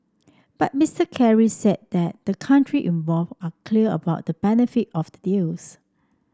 but Mister Kerry said that the country involved are clear about the benefit of deals